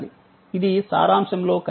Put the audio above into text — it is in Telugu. ఇది సారాంశంలో కనిపించదు